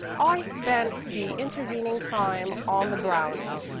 i spent the intervening time on the browning.